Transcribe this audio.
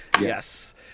Yes